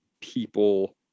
people